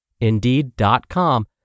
Indeed.com